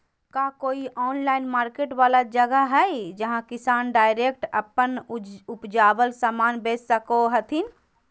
का कोई online market वाला जगह हइ जहां किसान डायरेक्ट अप्पन उपजावल समान बेच सको हथीन?